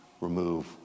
remove